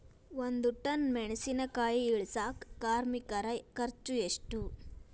ಒಂದ್ ಟನ್ ಮೆಣಿಸಿನಕಾಯಿ ಇಳಸಾಕ್ ಕಾರ್ಮಿಕರ ಖರ್ಚು ಎಷ್ಟು?